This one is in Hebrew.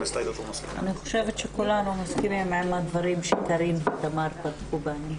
חושבת שכולנו מסכימים עם הדברים שקארין ותמר אמרו.